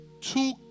Two